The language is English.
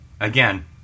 again